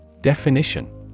Definition